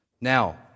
Now